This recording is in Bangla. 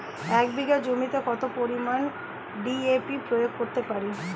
এক বিঘা জমিতে কত পরিমান ডি.এ.পি প্রয়োগ করতে পারি?